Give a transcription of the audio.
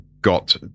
got